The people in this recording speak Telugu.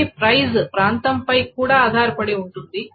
కానీ ప్రైస్ ప్రాంతంపై కూడా ఆధారపడి ఉంటుంది